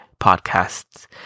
podcasts